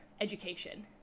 education